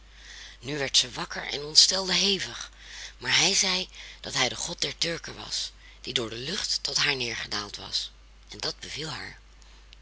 nu werd zij wakker en ontstelde hevig maar hij zeide dat hij de god der turken was die door de lucht tot haar neergedaald was en dat beviel haar